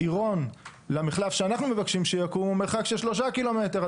עירון למחלף שאנחנו מבקשים שיקום הוא מרחק של שלושה קילומטרים.